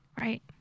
Right